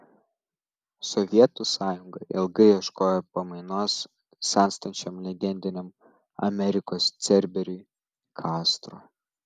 sovietų sąjunga ilgai ieškojo pamainos senstančiam legendiniam amerikos cerberiui kastro